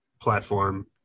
platform